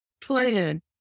plan